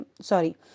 sorry